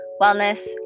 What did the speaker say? wellness